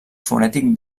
fonètic